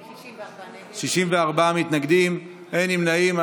64 מתנגדים, אין נמנעים.